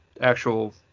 actual